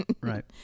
Right